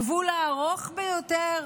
הגבול הארוך ביותר